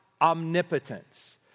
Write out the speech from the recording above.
omnipotence